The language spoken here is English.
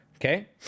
okay